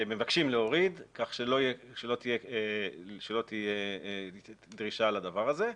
מבקשים להוריד, כך שלא תהיה דרישה לדבר הזה.